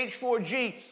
H4G